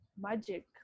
magic